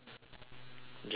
J Y lor